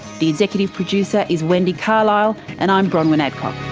the executive producer is wendy carlisle, and i'm bronwyn adcock